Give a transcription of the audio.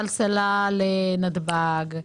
סלסלה לנתב"ג,